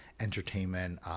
Entertainment